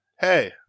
Hey